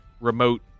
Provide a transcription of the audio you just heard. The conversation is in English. remote